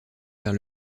vers